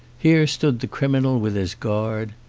here stood the criminal with his guard.